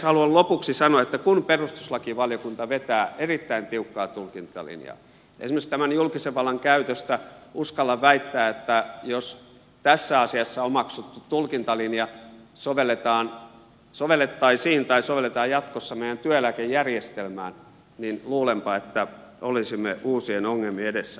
haluan lopuksi sanoa että kun perustuslakivaliokunta vetää erittäin tiukkaa tulkintalinjaa esimerkiksi tämän julkisen vallan käytöstä uskallan väittää että jos tässä asiassa omaksuttu tulkintalinja sovellettaisiin tai sovelletaan jatkossa meidän työeläkejärjestelmäämme niin luulenpa että olisimme uusien ongelmien edessä